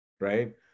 right